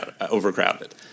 overcrowded